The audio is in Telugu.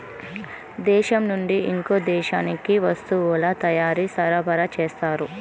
దేశం నుండి ఇంకో దేశానికి వస్తువుల తయారీ సరఫరా చేస్తారు